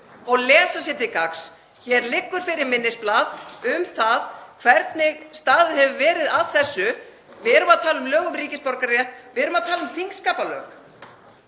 og lesa sér til gagns. Hér liggur fyrir minnisblað um það hvernig staðið hefur verið að þessu. Við erum að tala um lög um ríkisborgararétt. Við erum að tala um þingskapalög.